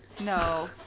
No